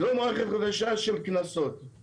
ולא מערכת חדשה של קנסות.